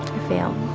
sam